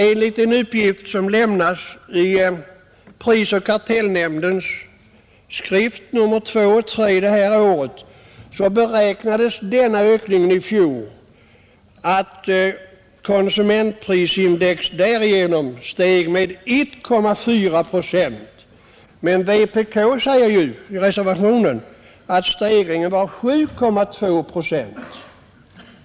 Enligt en uppgift som lämnats i prisoch kartellnämndens skrift nr 2 och 3 i år beräknades denna ökning i fjol innebära att konsumentprisindex steg med 1,4 procent. Men vpk säger i reservationen att ökningen var 7,2 procent.